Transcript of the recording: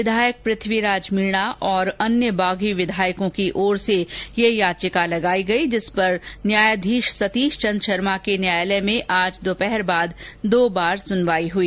विधायक पृथ्वी राज मीणा तथा अन्य बागी विधायकों की ओर से यह याचिका लगायी गयी जिस पर न्यायाधीश सतीश चंद शर्मा के न्यायालय में आज दोपहर बाद दो बार सुनवायी हई